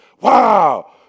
wow